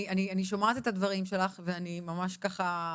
אני שומעת את הדברים שלך ואני ממש ככה,